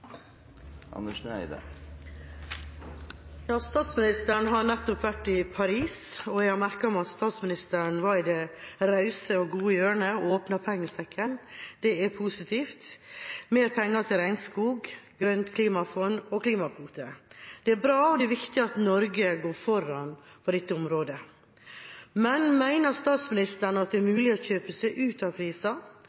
Statsministeren har nettopp vært i Paris, og jeg har merket meg at hun var i det rause og åpne hjørnet og åpnet opp pengesekken. Det er positivt: mer penger til regnskog, grønt klimafond og klimakvote. Det er bra, og det er viktig at Norge går foran på dette området. Mener statsministeren at det er mulig å kjøpe seg ut av